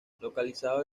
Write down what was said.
localizados